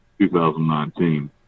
2019